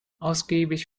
ausgiebig